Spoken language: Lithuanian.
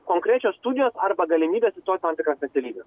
konkrečios studijos arba galimybė įstoti į tam tikrą specialybę